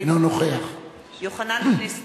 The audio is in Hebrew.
אינו נוכח יוחנן פלסנר,